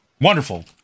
Wonderful